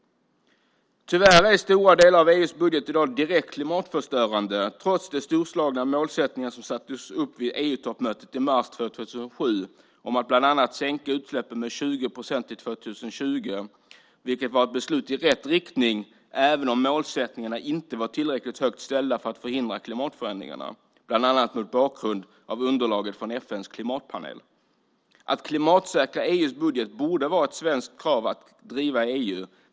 Tyvärr är stora delar av EU:s budget i dag direkt klimatförstörande trots de storslagna målsättningar som sattes upp vid EU-toppmötet i mars 2007 om att bland annat sänka utsläppen med 20 procent till 2020. Det var ett beslut i rätt riktning även om målsättningarna inte var tillräckligt högt ställda för att förhindra klimatförändringarna, bland annat mot bakgrund av underlaget från FN:s klimatpanel. Att klimatsäkra EU:s budget borde vara ett svenskt krav att driva i EU.